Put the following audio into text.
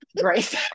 Grace